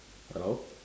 hello